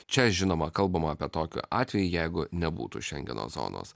čia žinoma kalbama apie tokį atvejį jeigu nebūtų šengeno zonos